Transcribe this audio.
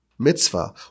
Mitzvah